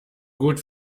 gut